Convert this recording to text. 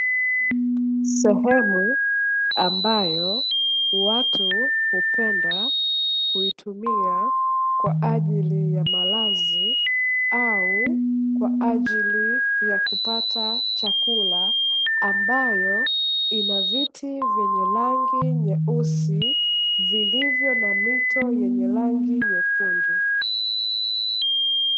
Sehemu ambayo watu hupenda kuitumia kwa ajili ya malazi au kwa ajili ya kupata chakula, ambayo ina viti vyenye rangi nyeupe vilivyo na mito vyenye rangi nyekundu.